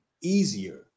easier